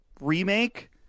remake